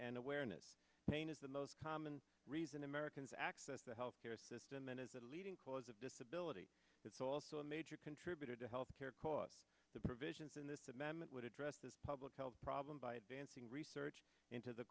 and awareness pain is the most common reason americans access to health care system and as the leading cause of disability it's also a major contributor to health care costs the provisions in this amendment would address this public health problem by advancing research into the